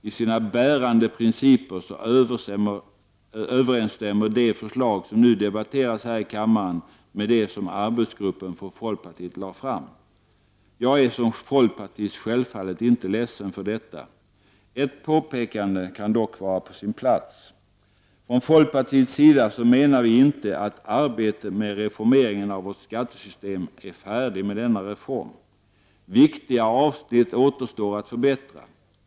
I sina bärande principer överensstämmer det förslag som nu debatteras här i kammaren med det som arbetsgruppen från folkpartiet lade fram. Jag är som folkpartist självfallet inte ledsen för detta. Ett påpekande kan dock vara på sin plats. Från folkpartiets sida menar vi inte att arbetet med reformeringen av vårt skattesystem är färdigt i och med denna reform. Viktiga avsnitt återstår att förbättra.